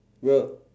bro